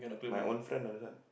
my own friend know this one